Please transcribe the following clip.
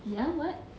ya what